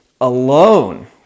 alone